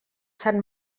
sant